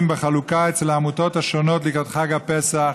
בחלוקה אצל העמותות השונות לקראת חג הפסח.